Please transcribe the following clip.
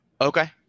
Okay